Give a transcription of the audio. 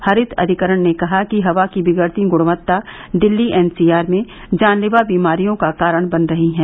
हरित अधिकरण ने कहा कि हवा की विगड़ती गुणवत्ता दिल्ली एन सी आर में जानलेवा बीमारियों का कारण बन रही है